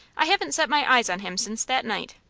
i haven't set my eyes on him since that night.